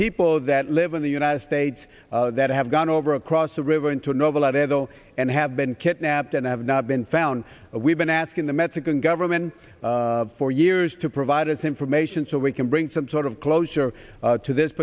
people that live in the united states that have gone over across the river into a novel idea though and have been kidnapped and have not been found we've been asking the mexican government for years to provide us information so we can bring some sort of closure to this